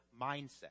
mindset